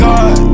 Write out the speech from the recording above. God